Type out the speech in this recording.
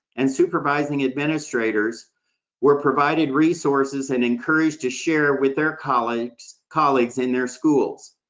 and supervising administrators were provided resources and encouraged to share with their colleagues colleagues in their schools.